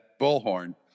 bullhorn